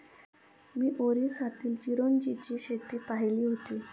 मी ओरिसातील चिरोंजीची शेती पाहिली होती